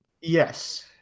Yes